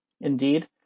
Indeed